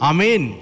Amen